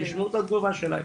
תשמעו את התגובה שלהם,